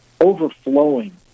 overflowing